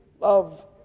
love